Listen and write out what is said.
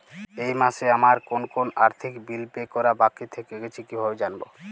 এই মাসে আমার কোন কোন আর্থিক বিল পে করা বাকী থেকে গেছে কীভাবে জানব?